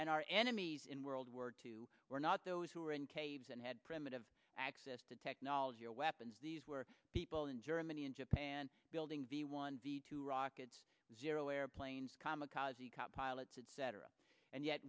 and our enemies in world war two we're not those who are in caves and had primitive access to technology or weapons these were people in germany and japan building the one v two rockets zero airplanes kamikaze pilots etc and yet